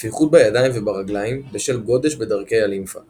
נפיחות בידיים וברגליים בשל גודש בדרכי הלימפה